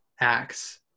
acts